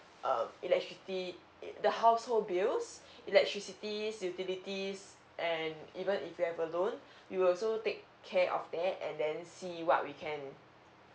um electricity it the household bills electricity utilities and even if you have a loan we will also take care of that and then see what we can